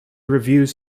reviews